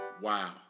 wow